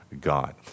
God